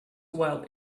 well